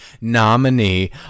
nominee